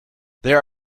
there